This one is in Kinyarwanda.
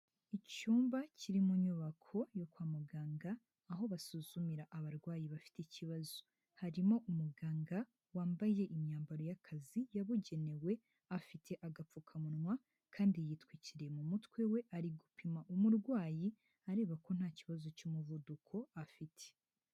Icyumba kiri mu nyubako yo kwa muganga aho basuzumira abarwayi bafite ikibazo, harimo umuganga wambaye imyambaro y'akazi yabugenewe, afite agapfukamunwa kandi yitwikiriye mu mutwe we ari gupima umurwayi, areba ko nta kibazo cy'umuvuduko afite.